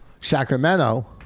Sacramento